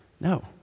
No